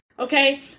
Okay